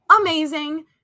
amazing